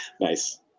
Nice